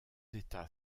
états